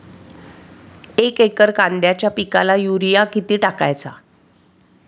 एक एकर कांद्याच्या पिकाला युरिया किती टाकायचा?